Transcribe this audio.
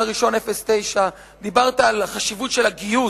בינואר 2009. דיברת על החשיבות של הגיוס.